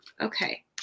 Okay